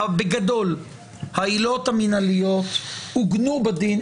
בגדול העילות המינהליות עוגנו בדין,